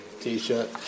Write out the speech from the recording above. T-shirt